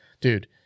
dude